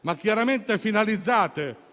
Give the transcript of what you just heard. ma chiaramente finalizzate,